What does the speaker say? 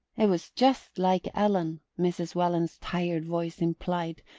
it was just like ellen, mrs. welland's tired voice implied,